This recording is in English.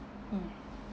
mm